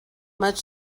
much